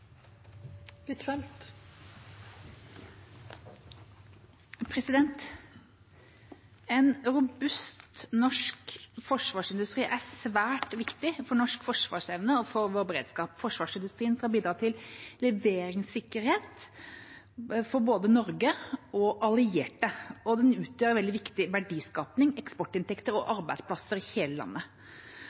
En robust norsk forsvarsindustri er svært viktig for norsk forsvarsevne og for vår beredskap. Forsvarsindustrien skal bidra til leveringssikkerhet for både Norge og allierte, og den utgjør veldig viktig verdiskaping – eksportinntekter og arbeidsplasser – i hele landet.